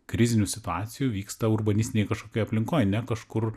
krizinių situacijų vyksta urbanistinėj kažkokioj aplinkoj ne kažkur